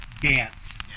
dance